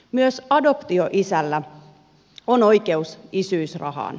myös adoptioisällä on oikeus isyysrahaan